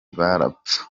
barapfa